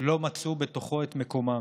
לא מצאו בתוכו את מקומם,